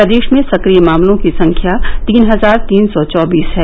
प्रदेश में सक्रिय मामलों की संख्या तीन हजार तीन सौ चौबीस है